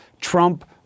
Trump